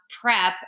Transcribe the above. prep